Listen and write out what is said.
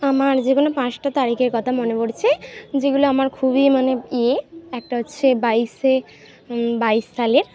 আমার যে কোনও পাঁচটা তারিখের কথা মনে পড়ছে যেগুলো আমার খুবই মানে ইয়ে একটা হচ্ছে বাইশে বাইশ সালের